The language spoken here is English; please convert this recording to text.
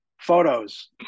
photos